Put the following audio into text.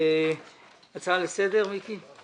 הצעה לסדר, מיקי.